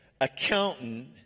accountant